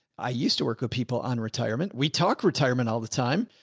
i used to work with people on retirement. we talk retirement all the time.